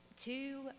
Two